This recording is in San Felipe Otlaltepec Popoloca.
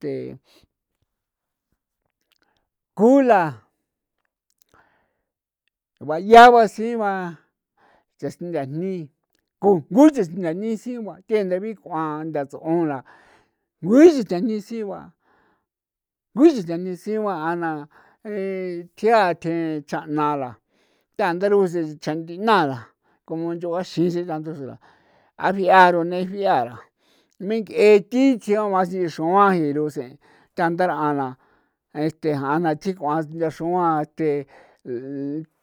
Te ku la ba yaa ba si ba ches ndajni ku jngu ches ndajni sigua thean nda bik'uan ntha ts'on la nguixin theni sigua nguixin tani sigua ana tia the cha' na la ta ndarusen tsa cha'nthina la como nch'on axin a riara rune xriara mink'e thi tsio uan si xruan ji rusen cha' ndara'an na este ja'ana thik'uan ntha xruan este